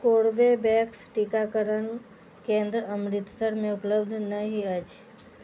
Corbevax टीकाकरण केंद्र अमृतसरमे उपलब्ध नहि अछि